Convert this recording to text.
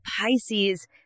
Pisces